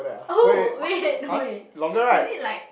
oh wait wait is it like